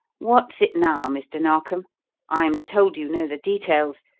what's it now, mr. narkom i'm told you know the details.